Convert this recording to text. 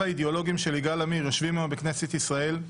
האידיאולוגיים של יגאל עמיר יושבים היום בכנסת ישראל,